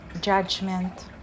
judgment